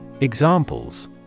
Examples